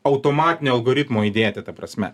automatinio algoritmo įdėti ta prasme